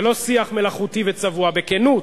זה לא שיח מלאכותי וצבוע, בכנות.